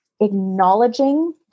acknowledging